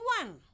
one